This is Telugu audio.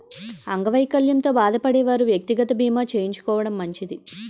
అంగవైకల్యంతో బాధపడే వారు వ్యక్తిగత బీమా చేయించుకోవడం మంచిది